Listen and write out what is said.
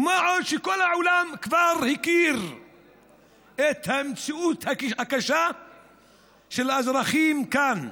ומה עוד שכל העולם כבר הכיר את המציאות הקשה של האזרחים כאן.